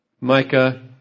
Micah